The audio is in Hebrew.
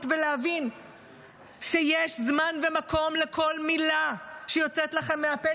ולהבין שיש זמן ומקום לכל מילה שיוצאת לכם מהפה,